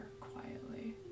quietly